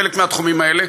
חלק מהתחומים האלה,